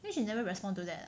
which she never respond to that